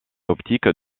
optiques